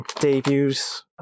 debuts